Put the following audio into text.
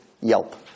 yelp